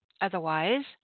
otherwise